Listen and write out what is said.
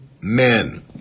men